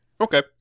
Okay